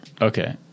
Okay